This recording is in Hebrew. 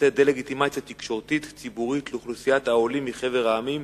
דה-לגיטימציה תקשורתית-ציבורית לאוכלוסיית העולים מחבר המדינות